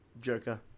Joker